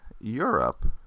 Europe